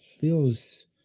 Feels